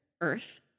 earth